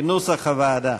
כנוסח הוועדה.